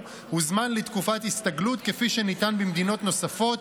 וזמן לתקופת הסתגלות כפי שניתן במדינות נוספות,